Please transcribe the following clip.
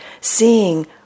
seeing